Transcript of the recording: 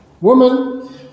Woman